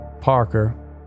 Parker